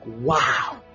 Wow